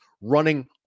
running